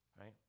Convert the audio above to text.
Right